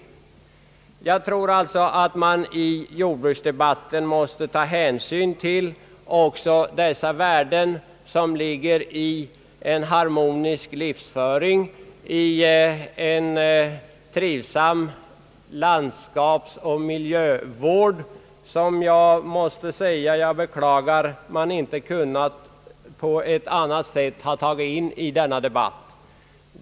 Men jag tror att man i jordbruksdebatten måste ta hänsyn också till dessa värden som ligger i en harmonisk livsföring, i en trivsam landskapsoch miljövård, en fråga som jag beklagar man inte på ett annat sätt kunnat ta upp här.